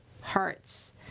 hearts